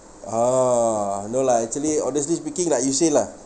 orh no lah actually honestly speaking like you said lah